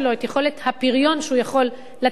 את יכולת הפריון שהוא יכול לתת,